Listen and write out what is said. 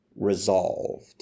resolved